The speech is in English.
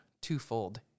twofold